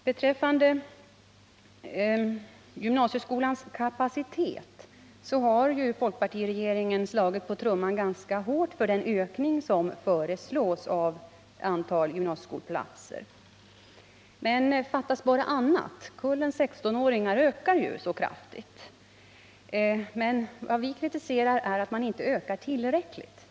Beträffande gymnasieskolans kapacitet har folkpartiregeringen slagit på trumman ganska hårt för den ökning som föreslås av antalet gymnasieskolplatser. Men fattas bara annat — årskullarna av 16-åringar ökar mycket kraftigt! Vad vi kritiserar är att man inte ökar tillräckligt.